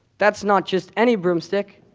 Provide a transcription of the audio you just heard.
that's not just any broomstick.